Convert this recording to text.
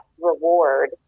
reward